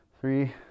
three